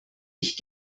ich